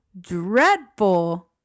dreadful